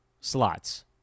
slots